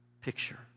picture